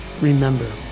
remember